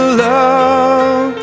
love